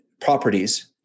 properties